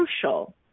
crucial